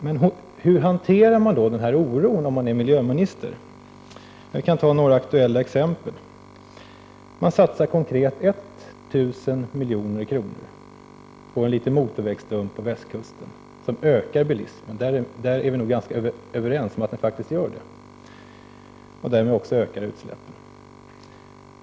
Men hur hanterar man den här oron om man är miljöminister? Jag kan ta några aktuella exempel. Man satsar konkret 1 000 milj.kr. på en liten motorvägsstump på västkusten som ökar bilismen — vi är nog ganska överens om att den faktiskt gör det. Därmed ökar också utsläppen.